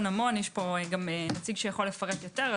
יש פה גם נציג שיכול לפרט עליו יותר.